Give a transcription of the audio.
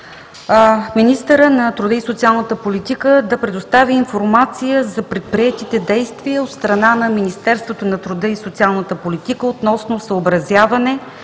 министърът на труда и социалната политика да предостави информация за предприетите действия от страна на Министерството на труда и социалната политика относно съобразяване